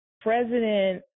President